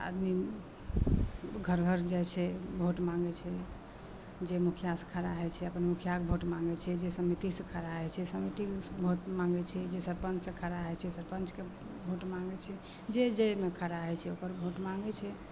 आदमी घर घर जाइ छै भोट माँगै छै जे मुखिआसे खड़ा होइ छै अपन मुखिआके भोट माँगै छै जे समितिसे खड़ा होइ छै समितिके भोट माँगै छै जे सरपञ्चसे खड़ा होइ छै ओ सरपञ्चके भोट माँगै छै जे जाहिमे खड़ा होइ छै ओकर भोट माँगै छै